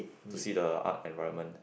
to see the art environment